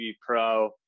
pro